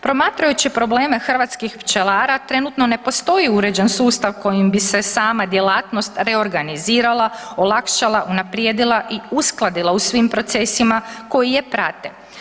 Promatrajući probleme hrvatskih pčelara, trenutno ne postoji uređen sustav kojim bi se sama djelatnost reorganizirala, olakšala, unaprijedila i uskladila u svim procesima koji je prate.